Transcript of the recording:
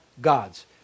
God's